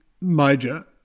major